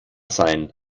sein